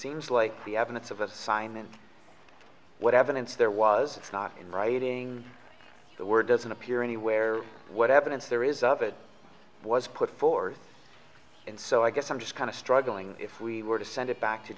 seems like the evidence of assignment what evidence there was not in writing the word doesn't appear anywhere what evidence there is of it was put forth and so i guess i'm just kind of struggling if we were to send it back to